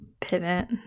Pivot